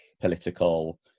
political